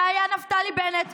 זה היה נפתלי בנט.